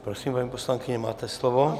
Prosím, paní poslankyně, máte slovo.